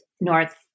north